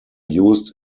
used